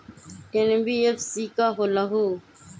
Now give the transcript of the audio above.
NBFC का होलहु?